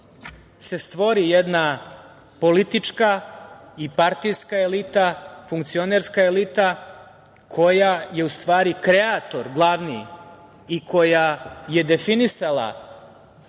stvori jedna politička i partijska elita, funkcionerska elita koja je u stvari, kreator glavni i koja je definisala